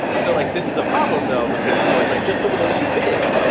so, like this is problem though, because you know it's like just a little too big.